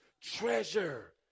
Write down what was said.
treasure